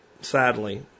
sadly